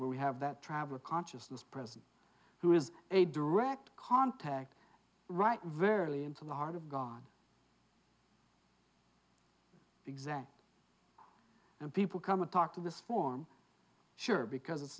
where we have that travel consciousness present who is a direct contact right verily into the heart of god exactly and people come and talk to this form sure because